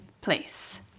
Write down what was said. place